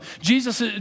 Jesus